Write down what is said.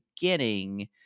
beginning